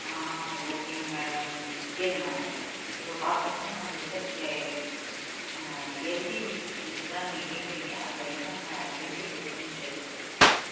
ஆ ஓகேங்க மேடம் கேளுங்கள் இப்போ பார்த்திங்கனா நம்மள்ட்ட இருக்க எல்ஜி ஃப்ரிஜ் தான் நீங்கள் கேக்கிறீங்க அதில் என்னென்ன பெனிஃபிட் இருக்குதுன்னு கேளுங்கள்